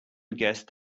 guest